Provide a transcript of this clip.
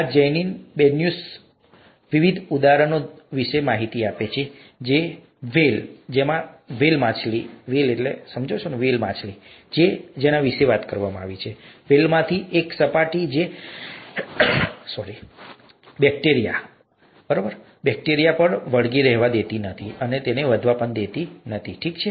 આ Janine Benyus વિવિધ ઉદાહરણો વિશે વાત કરે છે તમે જાણો છો વ્હેલ તેણી આ વિશે વાત કરે છે વ્હેલમાંથી એકની સપાટી છે જે બેક્ટેરિયાને તેના પર વળગી રહેવા દેતી નથી અને વધવા દેતી નથી ઠીક છે